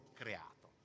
creato